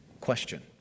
Question